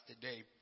today